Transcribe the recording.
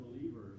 believers